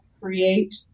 create